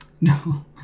No